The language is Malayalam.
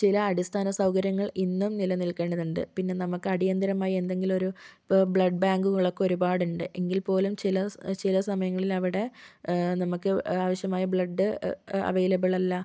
ചില അടിസ്ഥാന സൗകര്യങ്ങൾ ഇന്നും നില നിൽക്കേണ്ടതുണ്ട് പിന്നെ നമുക്ക് അടിയന്തിരമായി എന്തെങ്കിലും ഒരു ഇപ്പോൾ ബ്ലഡ് ബാങ്കുകളൊക്കെ ഒരുപാടുണ്ട് എങ്കിൽ പോലും ചില ചില സമയങ്ങളിൽ അവിടെ നമുക്ക് ആവശ്യമായ ബ്ലഡ് അവൈലബിളല്ല